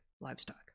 livestock